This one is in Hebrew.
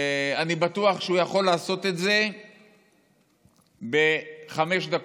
אני בטוח שהוא יכול לעשות את זה בחמש דקות,